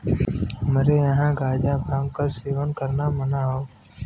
हमरे यहां गांजा भांग क सेवन करना मना हौ